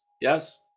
yes